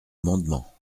amendement